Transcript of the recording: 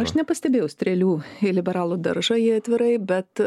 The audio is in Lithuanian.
aš nepastebėjau strėlių į liberalų daržą jei atvirai bet